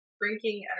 drinking